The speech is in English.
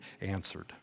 answered